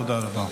תודה רבה.